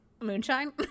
moonshine